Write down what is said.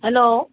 hello